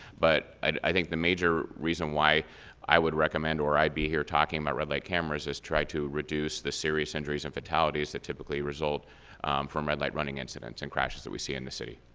but i think the major reason why i would recommend or i'd be hear talking about red light cameras is try to reduce the serious injuries and fatalities that typically result from red light running incidents and crashes that we see in the city.